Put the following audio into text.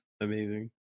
amazing